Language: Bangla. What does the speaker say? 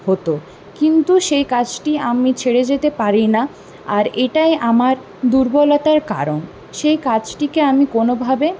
হতো কিন্তু সেই কাজটি আমি ছেড়ে যেতে পারি না আর এটাই আমার দুর্বলতার কারণ সেই কাজটিকে আমি কোনোভাবে